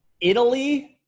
Italy